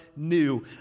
new